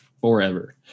forever